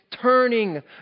turning